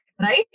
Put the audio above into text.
Right